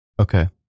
Okay